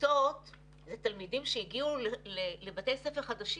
אלה תלמידים שהגיעו לבתי ספר חדשים.